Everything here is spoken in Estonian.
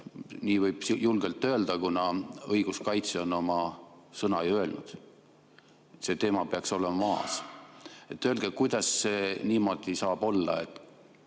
Nii võib julgelt öelda, kuna õiguskaitse on oma sõna ju öelnud. See teema peaks olema maas. Öelge, kuidas see niimoodi saab olla, et